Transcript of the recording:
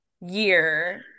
year